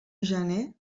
gener